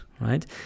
right